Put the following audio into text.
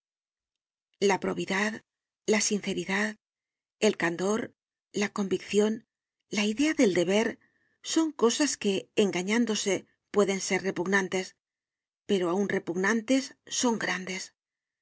la probidad la sinceridad el candor la conviccion la idea del deber son cosas que engañándose pueden ser repugnantes pero aun repugnantes son grandes la